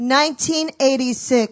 1986